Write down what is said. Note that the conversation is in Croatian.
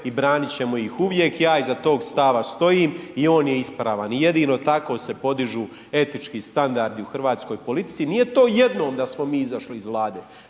i braniti ćemo ih uvijek. Ja iza tog stava stojim i on je ispravan i jedino tako se podižu etički standardi u hrvatskoj politici. Nije to jednom da smo mi izašli iz Vlade,